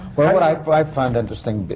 well i. what i find interesting, but